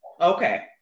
Okay